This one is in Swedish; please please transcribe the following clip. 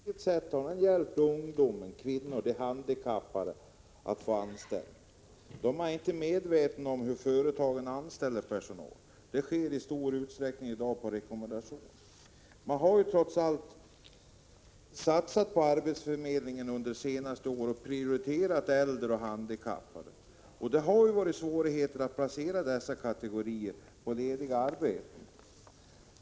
Herr talman! Lahja Exner sätter sin lit till medbestämmandelagen. Men på vilket sätt har den hjälpt ungdomar, kvinnor och handikappade att få anställning? Om man tror att medbestämmandelagen har någon inverkan är man inte medveten om hur företagen anställer personal. Det sker i dag i stor utsträckning på rekommendationer. Det har trots allt satsats på arbetsförmedlingen under de senaste åren, och äldre och handikappade har prioriterats, eftersom det varit svårigheter att placera dessa kategorier på lediga arbeten.